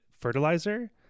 fertilizer